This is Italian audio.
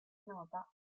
nota